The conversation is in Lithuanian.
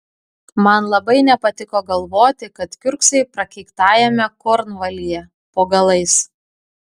man labai nepatiko galvoti kad kiurksai prakeiktajame kornvalyje po galais